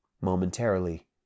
Momentarily